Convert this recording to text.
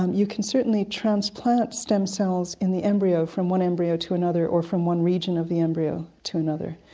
um you can certainly transplant stem cells in the embryo from one embryo to another, or from one region of the embryo to another,